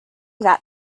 that